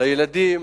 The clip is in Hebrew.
לילדים,